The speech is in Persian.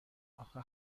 آخه